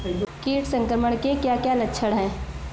कीट संक्रमण के क्या क्या लक्षण हैं?